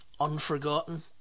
Unforgotten